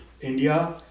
India